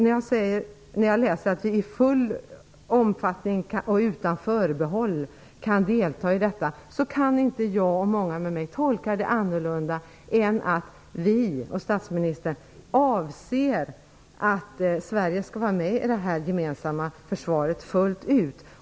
När jag läser att vi i full omfattning och utan förbehåll kan delta, kan inte jag och många med mig tolka det annorlunda än att vi och statsministern avser att Sverige skall vara med i det gemensamma försvaret fullt ut.